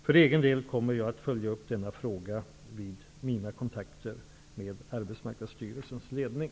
För egen del kommer jag att följa upp denna fråga vid mina kontakter med Arbetsmarknadsstyrelsens ledning.